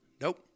Nope